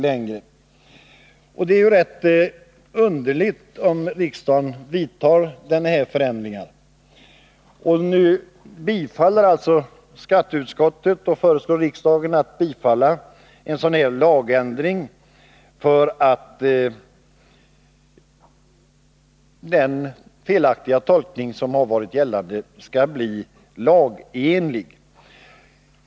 Jag anser att det vore rätt underligt om riksdagen skulle vidta denna förändring. Skatteutskottet tillstyrker motionsyrkandet och föreslår riksdagen att bifalla förslaget om en lagändring, så att den felaktiga tolkningen skall bli laglig.